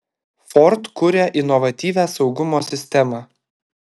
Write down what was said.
ford kuria inovatyvią saugumo sistemą